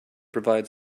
provide